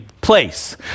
place